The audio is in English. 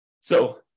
So-